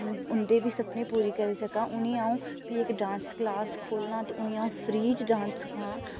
उं'दे बी सपने पूरे करी सक्कां उ'नें ई अ'ऊं भी इक डांस क्लॉस खोलां ते उ'नें ई अ'ऊं फ्री च डांस सखांऽ